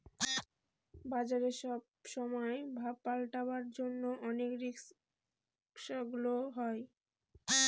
বাজারে সব সময় ভাব পাল্টাবার জন্য অনেক রিস্ক গুলা হয়